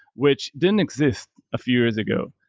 which didn't exist a few years ago.